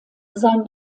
sein